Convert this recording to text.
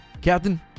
Captain